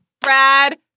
Brad